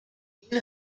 این